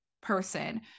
person